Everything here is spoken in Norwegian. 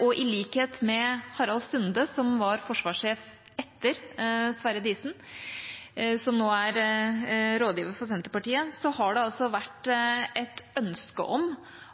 og i likhet med Harald Sunde, som var forsvarssjef etter Sverre Diesen, og som nå er rådgiver for Senterpartiet, har det vært et ønske om